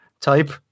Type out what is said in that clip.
type